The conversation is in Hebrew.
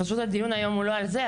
הדיון היום הוא לא על זה,